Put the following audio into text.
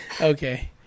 Okay